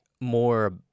more